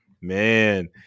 man